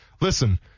Listen